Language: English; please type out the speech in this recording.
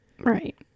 Right